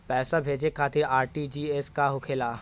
पैसा भेजे खातिर आर.टी.जी.एस का होखेला?